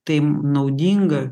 tai naudinga